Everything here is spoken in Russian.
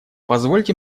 позвольте